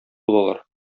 булалар